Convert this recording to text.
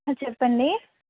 చెప్పండి